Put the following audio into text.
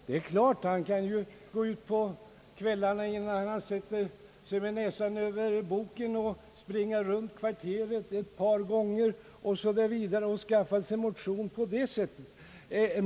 Det är klart att han kan låta bli att hänga med näsan över boken och i stället springa runt kvarieret ett par gånger för att skaffa sig motion.